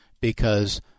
because-